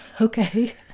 Okay